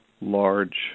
large